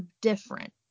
different